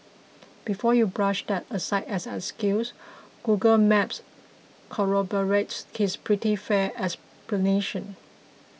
before you brush that aside as an excuse Google Maps corroborates pretty fair explanation